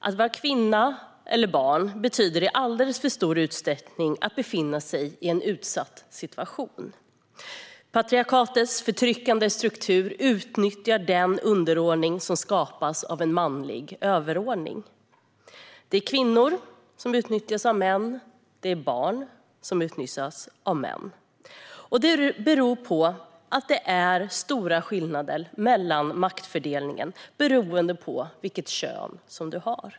Att vara kvinna eller barn betyder i alldeles för stor utsträckning att befinna sig i en utsatt situation. Patriarkatets förtryckande struktur utnyttjar den underordning som skapas av en manlig överordning. Det är kvinnor som utnyttjas av män, och det är barn som utnyttjas av män. Och detta beror på att det är stora skillnader mellan maktfördelningen beroende på vilket kön du har.